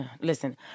listen